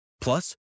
Plus